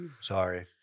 Sorry